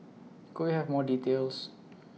could we have more details